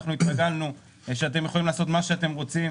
אנחנו התרגלנו שאתם יכולים לעשות מה שאתם רוצים,